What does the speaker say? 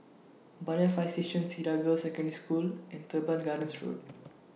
Banyan Fire Station Cedar Girls' Secondary School and Teban Gardens Road